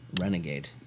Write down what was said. Renegade